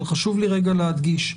אבל חשוב לי רגע להדגיש,